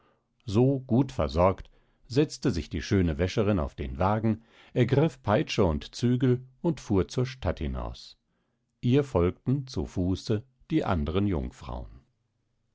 so gut versorgt setzte sich die schöne wäscherin auf den wagen ergriff peitsche und zügel und fuhr zur stadt hinaus ihr folgten zu fuße die andern jungfrauen